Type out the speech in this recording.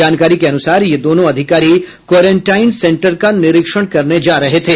जानकारी के अनुसार ये दोनों अधिकारी क्वारेंटाइन सेंटर का निरीक्षण करने जा रहे थे